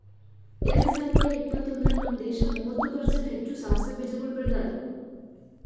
ಎರಡ ಸಾವಿರ ಇಪ್ಪತ್ತೊಂದರಾಗ್ ನಮ್ ದೇಶ ಮೂವತ್ತು ಪರ್ಸೆಂಟ್ ಹೆಚ್ಚು ಸಾಸವೆ ಬೀಜಗೊಳ್ ಬೆಳದಾರ್